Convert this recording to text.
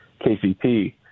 KCP